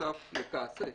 שותף לכעסך